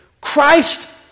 Christ